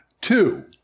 Two